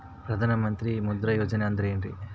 ಪ್ರಧಾನ ಮಂತ್ರಿ ಮುದ್ರಾ ಯೋಜನೆ ಅಂದ್ರೆ ಏನ್ರಿ?